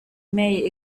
may